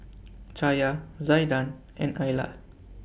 Chaya Zaiden and Ayla